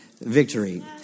victory